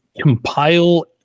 compile